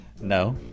No